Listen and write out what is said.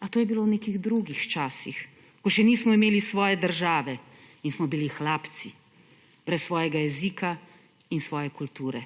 A to je bilo v nekih drugih časih, ko še nismo imeli svoje države in smo bili hlapci brez svojega jezika in svoje kulture.